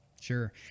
Sure